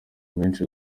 menshi